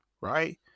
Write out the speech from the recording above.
right